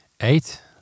eight